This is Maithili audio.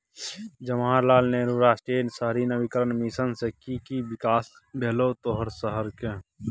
जवाहर लाल नेहरू राष्ट्रीय शहरी नवीकरण मिशन सँ कि कि बिकास भेलौ तोहर शहरक?